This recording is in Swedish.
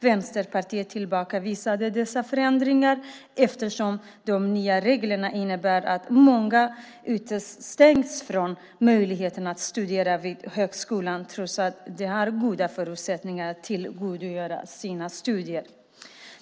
Vänsterpartiet tillbakavisade dessa förändringar eftersom de nya reglerna innebär att många utestängs från möjligheten att studera vid högskolan trots att de har goda förutsättningar att tillgodogöra sig studierna.